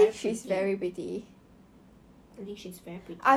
is like 你对自己不满意的地方是